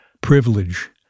privilege